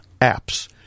apps